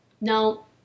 No